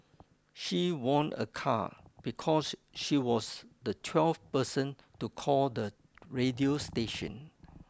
she won a car because she was the twelfth person to call the radio station